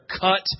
cut